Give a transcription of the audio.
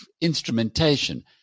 instrumentation